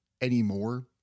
anymore